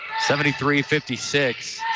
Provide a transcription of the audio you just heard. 73-56